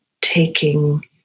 taking